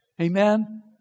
Amen